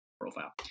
profile